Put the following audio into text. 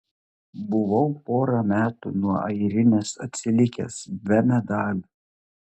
buvau porą metų nuo airinės atsilikęs be medalių